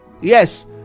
Yes